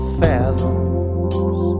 fathoms